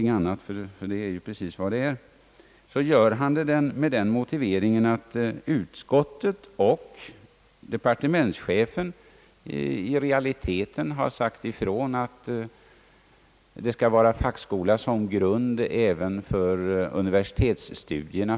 reformerad lärarutbildning, m.m. någonting annat, ty det är precis vad det är — med den motiveringen att såväl departementschefen som utskottet i realiteten klart har uttalat att fackskola skall ligga till grund även för ämneslärarnas universitetsstudier.